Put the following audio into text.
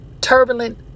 turbulent